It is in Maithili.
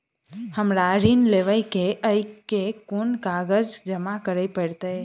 हमरा ऋण लेबै केँ अई केँ कुन कागज जमा करे पड़तै?